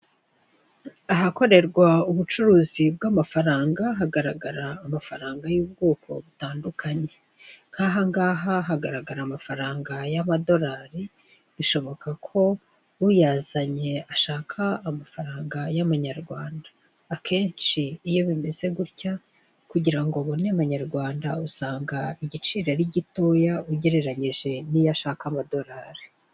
Ahakorerwa ubucuruzi bw'amafaranga hagaragara amafaranga y'ubwoko butandukanye, nk'ahangaha hagaragara amafaranga y'amadolari bishoboka ko uyazanye ashaka amafaranga y'amanyarwanda. Akenshi iyo bimeze gutya kugira ngo ubone amanyarwanda usanga igiciro ari gitoya ugereranyije n'iyo ashaka amadolari.